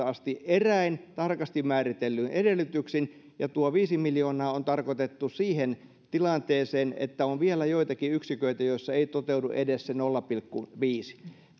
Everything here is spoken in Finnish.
asti eräin tarkasti määritellyin edellytyksin ja tuo viisi miljoonaa on tarkoitettu siihen tilanteeseen että on vielä joitakin yksiköitä joissa ei toteudu edes se nolla pilkku viisi